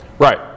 Right